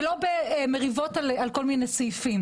ולא במריבות על כל מיני סעיפים.